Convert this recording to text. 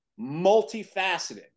multifaceted